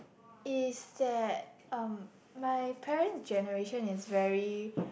is that um my parent generation is very